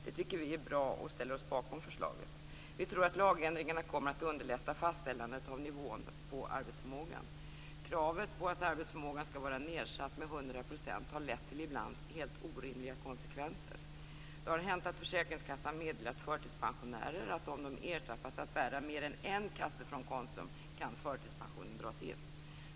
Det tycker vi är bra och ställer oss bakom förslaget. Vi tror att lagändringarna kommer att underlätta fastställandet av nivån på arbetsförmågan. Kravet på att arbetsförmågan skall vara nedsatt med 100 % har lett till ibland helt orimliga konsekvenser. Det har hänt att försäkringskassan meddelat förtidspensionärer att om de ertappas med att bära mer än en kasse från Konsum kan förtidspensionen dras in.